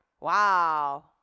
Wow